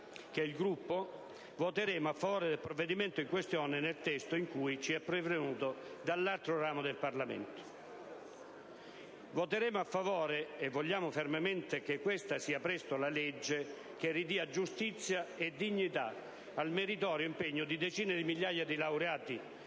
che il mio Gruppo voteremo a favore del provvedimento in questione nel testo in cui ci è pervenuto dall'altro ramo del Parlamento. Voteremo a favore perché vogliamo fermamente che questa diventi presto la legge per ridare giustizia e dignità al meritorio impegno di decine di migliaia di laureati